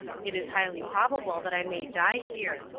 it is highly probable that i may die here.